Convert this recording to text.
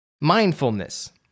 mindfulness